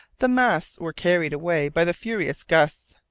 the masts were carried away by the furious gusts,